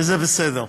וזה בסדר.